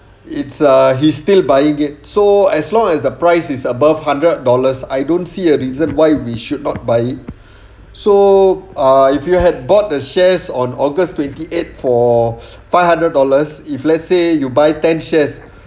it's a he's still buying it so as long as the price is above hundred dollars I don't see a reason why we should not buy it so uh if you had bought the shares on august twenty eight for five hundred dollars if let's say you buy ten shares